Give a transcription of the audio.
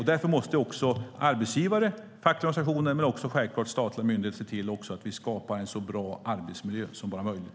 Därför måste arbetsgivare, fackliga organisationer och självklart också statliga myndigheter se till att skapa en så bra arbetsmiljö som det bara är möjligt.